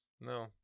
No